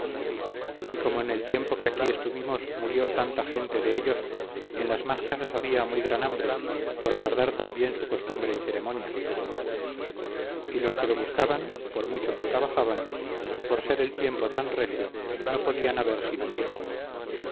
y como en el tiempo que aquí estuvimos murió tanta gente de ellos en las más casas había muy gran hambre por guardar también su costumbre y ceremonia y los que lo buscaban por mucho que trabajaban por ser el tiempo tan recio no podían haber sino muy poco